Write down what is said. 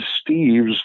steve's